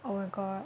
oh my god